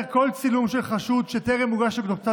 כל צילום של חשוד שטרם הוגש נגדו כתב אישום,